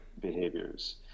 behaviors